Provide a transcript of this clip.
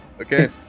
Okay